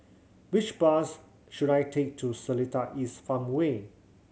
which bus should I take to Seletar East Farmway